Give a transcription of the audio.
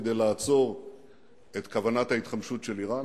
כדי לעצור את כוונת ההתחמשות של אירן,